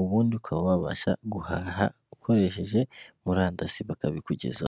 ubundi ukaba wabasha guhaha ukoresheje murandasi bakabikugezaho.